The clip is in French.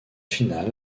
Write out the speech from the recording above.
finale